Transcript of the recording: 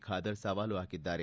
ಖಾದರ್ ಸವಾಲು ಹಾಕಿದ್ದಾರೆ